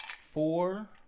four